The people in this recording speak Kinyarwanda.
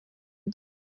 gihe